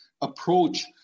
approach